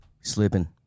Slipping